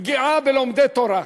פגיעה בלומדי תורה.